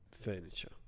furniture